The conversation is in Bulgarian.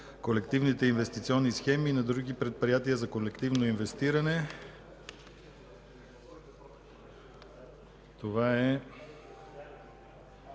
колективните инвестиционни схеми и на други предприятия за колективно инвестиране, №